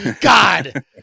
God